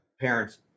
parents